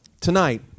Tonight